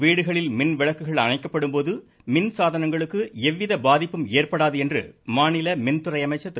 வீடுகளில் மின்விளக்குகள் அணைக்கப்படும் போது மின்சாதனங்களுக்கு எவ்வித பாதிப்பும் ஏற்படாது என மாநில மின்துறை அமைச்சர் திரு